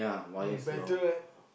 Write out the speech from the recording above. eh better right